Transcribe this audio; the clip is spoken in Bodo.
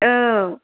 औ